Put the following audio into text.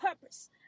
purpose